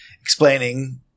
explaining